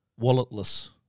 Walletless